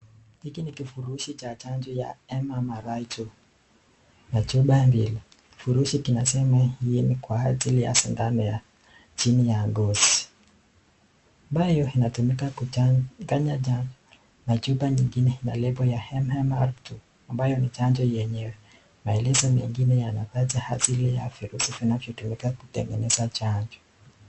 Hiki ni kifurushi cha chanjo ya MMR2 na chupa mbili. Kifurushi kinasema 'hii kwa ajili ya sindano ya chini ya ngozi' ambayo inatumika kuchanganya na chupa nyingine na lebo yake ya MMR-2 ambayo ni chanjo yenyewe. Maelezo mengine yanapata asili ya virusi vinavyotumika kutengeneza chanjo.